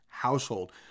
household